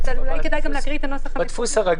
אולי כדאי לקרוא גם את הנוסח המקורי.